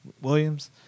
Williams